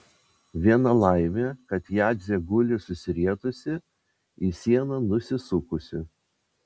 viena laimė kad jadzė guli susirietusi į sieną nusisukusi